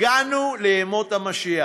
הגענו לימות המשיח,